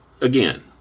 again